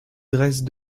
dresse